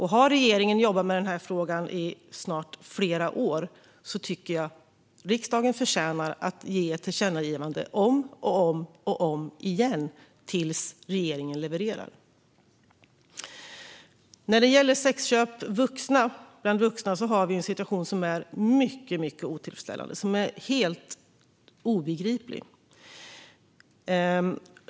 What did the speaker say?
Har regeringen jobbat med denna fråga i flera år får riksdagen helt enkelt ge sitt tillkännagivande om och om igen tills regeringen levererar. När det gäller sexköp hos vuxna har vi en situation som är mycket otillfredsställande och helt obegriplig.